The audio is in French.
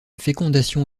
fécondation